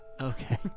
Okay